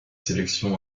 sélections